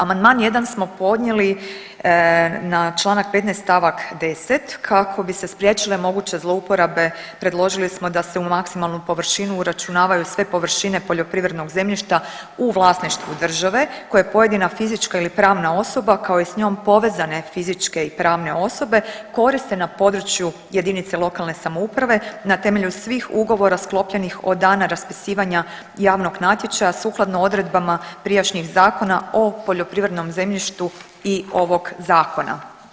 Amandman 1. smo podnijeli na Članak 15. stavak 10. kako bi se spriječile moguće zlouporabe predložili smo da se u maksimalnu površinu uračunavaju sve površine poljoprivrednog zemljišta u vlasništvu države koje pojedina fizička ili pravna osoba kao i s njom povezane fizičke i pravne osobe koriste na području jedinice lokalne samouprave na temelju svih ugovora sklopljenih od dana raspisivanja javnog natječaja sukladno odredbama prijašnjih Zakona o poljoprivrednom zemljištu i ovog zakona.